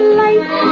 light